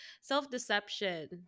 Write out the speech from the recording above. Self-deception